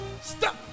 stop